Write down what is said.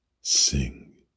sing